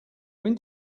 when